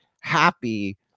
happy